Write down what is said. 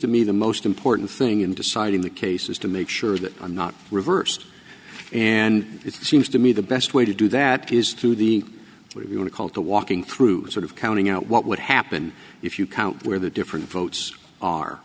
to me the most important thing in deciding the case is to make sure that i'm not reversed and it seems to me the best way to do that is through the if you want to call to walking through sort of counting out what would happen if you count where the different votes are